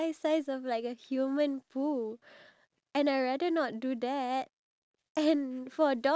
their the mother of the cat keeps on leaving the house and then coming back getting pregnant so